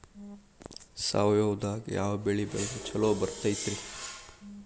ಸಾವಯವದಾಗಾ ಯಾವ ಬೆಳಿ ಬೆಳದ್ರ ಛಲೋ ಬರ್ತೈತ್ರಿ?